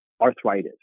arthritis